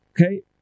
Okay